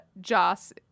Joss